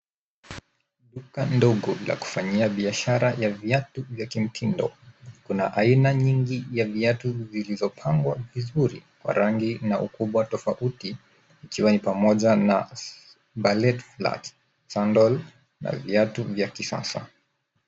Duka ndogo la kufanyia biashara ya viatu vya kimtindo. Kuna aina nyingi ya viatu vilivyopangwa vizuri kwa rangi na ukubwa tofauti ikiwa pamoja na ballet flat, sandal na viatu vya kisasa.